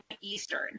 Eastern